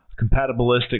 Compatibilistic